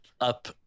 up